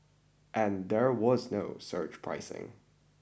and there was no surge pricing